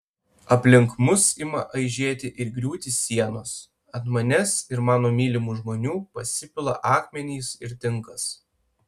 aplink mus ima aižėti ir griūti sienos ant manęs ir mano mylimų žmonių pasipila akmenys ir tinkas